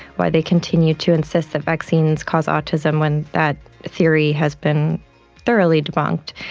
why they continue to insist that vaccines cause autism when that theory has been thoroughly debunked.